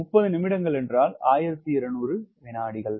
30 நிமிடங்கள் என்றால் 1200 வினாடிகள்